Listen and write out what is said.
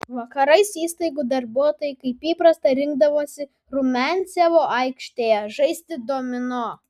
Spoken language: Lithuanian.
vakarais įstaigų darbuotojai kaip įprasta rinkdavosi rumiancevo aikštėje žaisti domino